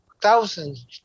thousands